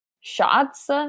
shots